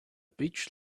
beach